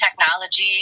technology